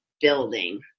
building